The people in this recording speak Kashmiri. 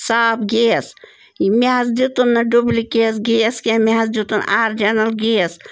صاف گیس یہِ مےٚ حظ دیُتُن نہٕ ڈُبلِکیس گیس کیٚنٛہہ مےٚ حظ دیُتُن آرجِنَل گیس